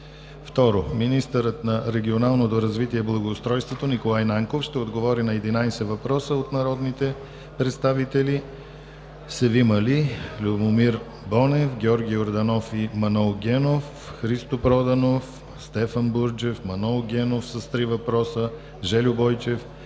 2. Министърът на регионалното развитие и благоустройството Николай Нанков ще отговори на 11 въпроса от народните представители Севим Али; Любомир Бонев; Георги Йорданов и Манол Генов; Христо Проданов; Стефан Бурджев; Манол Генов (3 въпроса); Жельо Бойчев;